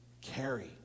carry